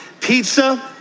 Pizza